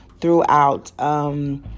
throughout